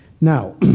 Now